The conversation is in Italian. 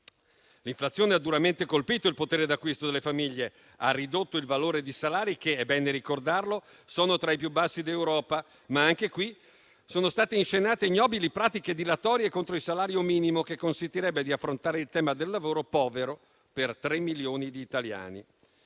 L'inflazione ha duramente colpito il potere d'acquisto delle famiglie e ha ridotto il valore di salari che - è bene ricordarlo - sono tra i più bassi d'Europa. Ma anche qui sono state inscenate ignobili pratiche dilatorie contro il salario minimo, che consentirebbe di affrontare il tema del lavoro povero per tre milioni di italiani.